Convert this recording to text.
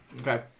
Okay